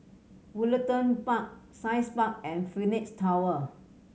Woollerton Park Science Park and Phoenix Tower